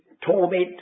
torment